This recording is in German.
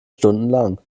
stundenlang